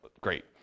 Great